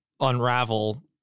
unravel